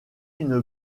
une